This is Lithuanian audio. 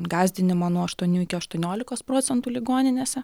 gąsdinimo nuo aštuonių iki aštuoniolikos procentų ligoninėse